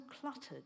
cluttered